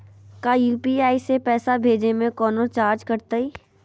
का यू.पी.आई से पैसा भेजे में कौनो चार्ज कटतई?